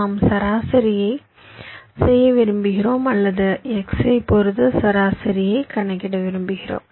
நாம் சராசரியைச் செய்ய விரும்புகிறோம் அல்லது x ஐப் பொறுத்து சராசரியைக் கணக்கிட விரும்புகிறோம்